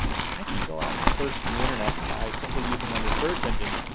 and i can go out and search the internet by simply using one of the search engines,